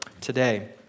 today